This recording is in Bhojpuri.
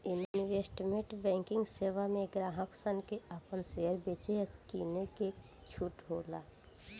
इन्वेस्टमेंट बैंकिंग सेवा में ग्राहक सन के आपन शेयर बेचे आ किने के छूट होला